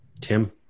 Tim